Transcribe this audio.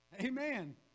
Amen